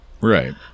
right